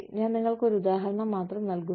ഞാൻ നിങ്ങൾക്ക് ഒരു ഉദാഹരണം മാത്രം നൽകുന്നു